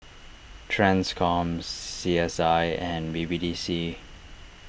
Transcom C S I and B B D C